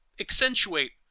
accentuate